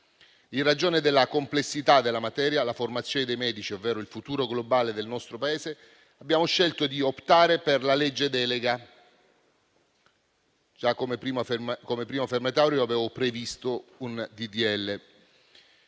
In ragione della complessità della materia, la formazione dei medici, ovvero il futuro globale del nostro Paese, abbiamo scelto di optare per la legge delega. Già come primo firmatario, avevo previsto un